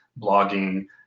blogging